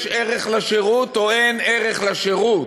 יש ערך לשירות או אין ערך לשירות?